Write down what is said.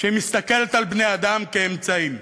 שמסתכלת על בני-אדם כאמצעים.